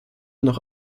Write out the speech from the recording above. noch